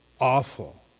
awful